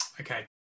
Okay